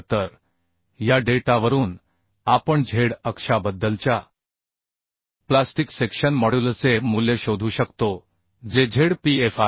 तर या डेटावरून आपण z अक्षाबद्दलच्या प्लास्टिक सेक्शन मॉड्युलसचे मूल्य शोधू शकतो जे z p f आहे